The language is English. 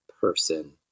person